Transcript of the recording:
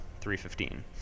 315